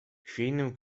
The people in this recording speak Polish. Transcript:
chwiejnym